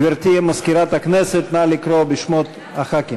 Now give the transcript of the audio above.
גברתי, מזכירת הכנסת, נא לקרוא בשמות חברי הכנסת.